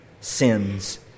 sins